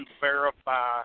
verify